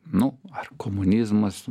nu komunizmas